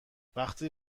وقتی